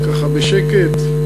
ככה בשקט,